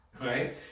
Right